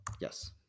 Yes